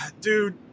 Dude